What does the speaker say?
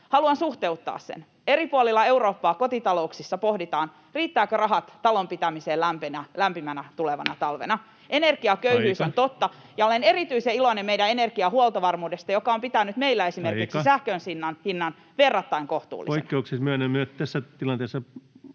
haluan suhteuttaa sen: eri puolilla Eurooppaa kotitalouksissa pohditaan, riittävätkö rahat talon pitämiseen lämpimänä tulevana talvena. Energiaköyhyys on totta, [Puhemies: Aika!] mutta olen erityisen iloinen meidän energiahuoltovarmuudesta, joka on pitänyt meillä [Puhemies: Aika!] esimerkiksi sähkön hinnan verrattain kohtuullisena.